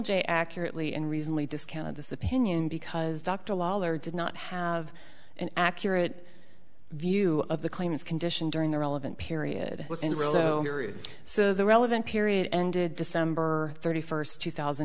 j accurately and reasonably discounted this opinion because dr lawler did not have an accurate view of the claimants condition during the relevant period within so so the relevant period ended december thirty first two thousand